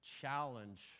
challenge